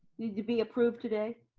need to be approved today?